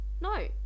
No